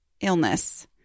Illness